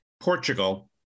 Portugal